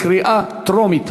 קריאה טרומית.